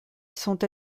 sont